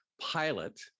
pilot